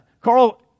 Carl